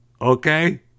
okay